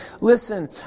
listen